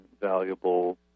valuable